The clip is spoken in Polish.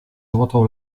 złotą